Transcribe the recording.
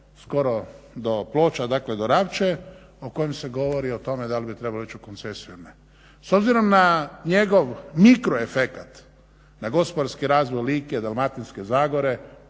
skoro do Ploča, dakle do …/Ne razumije se./… o kojem se govori o tome da li bi trebao ići u koncesiju ili ne. S obzirom na njegov mikro efekat, na gospodarski razvoj Like, Dalmatinske zagore,